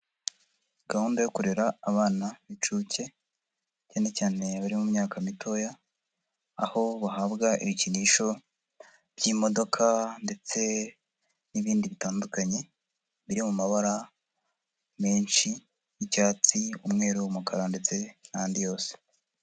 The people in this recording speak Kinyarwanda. Gahunda yo kurera abana b'inshuke, cyane cyane abari mu myaka mitoya, aho bahabwa ibikinisho by'imodoka ndetse n'ibindi bitandukanye, biri mu mabara menshi, icyatsi umweru, umukara ndetse n'andi yose.